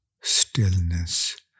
stillness